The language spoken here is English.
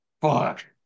Fuck